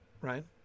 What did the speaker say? right